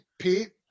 Pete